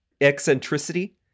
eccentricity